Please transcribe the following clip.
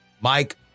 Mike